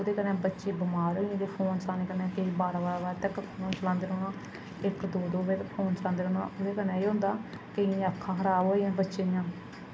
एह्दे कन्नै बच्चे बमार होई जंदे फोन चलाने कन्नै केईं बारां बारां बज़े तक्कर फोन चलांदे रौह्ना इक दो दो बज़े तक फोन चलांदे रौह्ना ओह्दे कन्नै एह् होंदा केइयें दी अक्खां खराब होई जंदियां बच्चें दियां